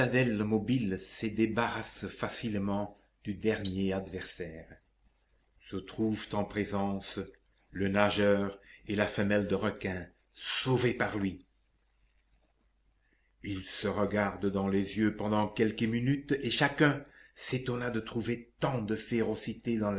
mobile se débarrasse facilement du dernier adversaire se trouvent en présence le nageur et la femelle de requin sauvée par lui ils se regardèrent entre les yeux pendant quelques minutes et chacun s'étonna de trouver tant de férocité dans